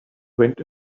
went